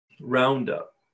Roundup